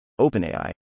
OpenAI